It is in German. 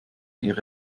ihre